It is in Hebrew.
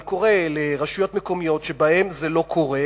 אני קורא לרשויות מקומיות שבהן זה לא קורה,